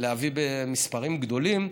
להביא במספרים גדולים,